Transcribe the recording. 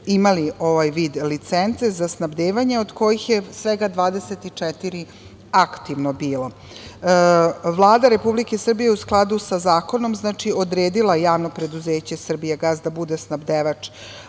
imali ovaj vid licence za snabdevanje, od kojih je svega 24 aktivno bilo. Vlada Republike Srbije je u skladu sa zakonom odredila javno preduzeće „Srbijagas“, da bude snabdevač